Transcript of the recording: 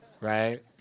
Right